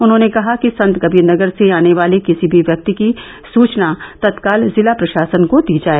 उन्होंने कहा कि संतकबीनगर से आने वाले किसी भी व्यक्ति की सूचना तत्काल जिला प्रशासन को दी जाए